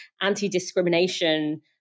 anti-discrimination